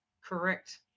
Correct